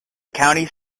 county